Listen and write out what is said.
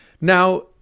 Now